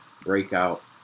breakout